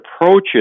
approaches